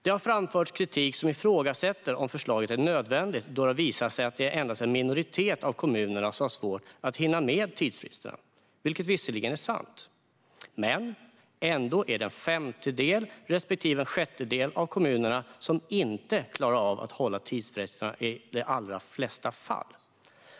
Det har framförts kritik som ifrågasätter om förslaget är nödvändigt då det har visat sig att endast en minoritet av kommunerna har svårt att hinna med tidsfristerna. Det är visserligen sant, men det är ändå en femtedel respektive en sjättedel av kommunerna som inte klarar av att hålla tidsfristerna i de allra flesta fall.